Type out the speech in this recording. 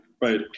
right